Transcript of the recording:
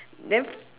then